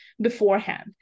beforehand